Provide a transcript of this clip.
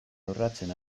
lorratzen